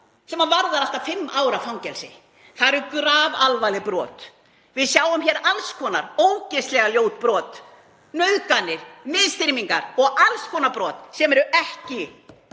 sem varða allt að fimm ára fangelsi? Það eru grafalvarleg brot. Við sjáum hér alls konar ógeðslega ljót brot; nauðganir, misþyrmingar og alls konar brot þar sem